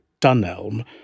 Dunelm